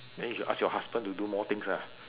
then you should ask your husband to do more things ah